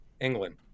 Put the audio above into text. england